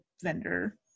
vendor